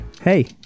Hey